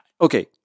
Okay